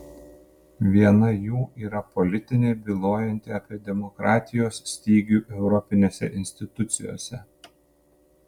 viena jų yra politinė bylojanti apie demokratijos stygių europinėse institucijose